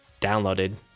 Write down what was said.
downloaded